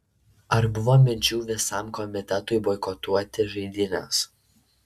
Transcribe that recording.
ar buvo minčių visam komitetui boikotuoti žaidynes